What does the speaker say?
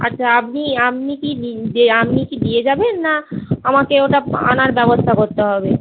আচ্ছা আপনি আপনি কি আপনি কি দিয়ে যাবেন না আমাকে ওটা আনার ব্যবস্থা করতে হবে